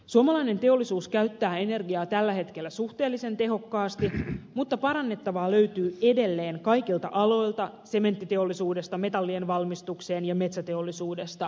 suomalainen teollisuus käyttää energiaa tällä hetkellä suhteellisen tehokkaasti mutta parannettavaa löytyy edelleen kaikilta aloilta sementtiteollisuudesta metallien valmistukseen ja metsäteollisuudesta kemianteollisuuteen